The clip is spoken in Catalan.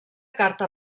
carta